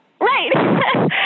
right